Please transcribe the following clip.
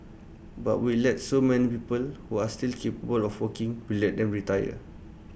but we let so many people who are still capable for working we let them retire